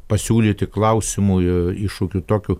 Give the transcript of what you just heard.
pasiūlyti klausimų ir iššūkių tokių